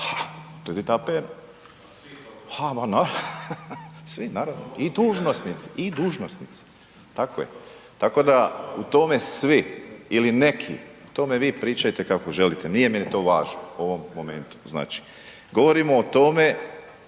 ne razumije se./… Svi, naravno. I dužnosnici, tako je. Tako da u tome svi ili neki, o tome vi pričajte kako želite, nije meni to važno u ovom momentu. Znači govorimo o tome